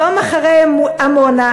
יום אחרי עמונה,